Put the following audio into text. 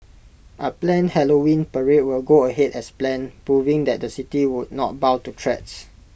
A planned Halloween parade will go ahead as planned proving that the city would not bow to threats